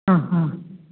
हां हां